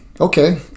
okay